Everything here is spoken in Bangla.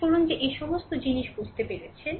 বিশ্বাস করুন যে এই সমস্ত জিনিস বুঝতে পেরেছে